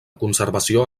conservació